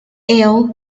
awed